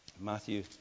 Matthew